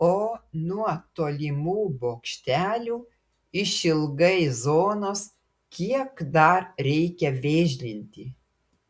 o nuo tolimų bokštelių išilgai zonos kiek dar reikia vėžlinti